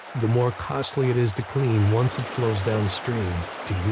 the more costly it is to clean once it flows downstream